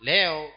Leo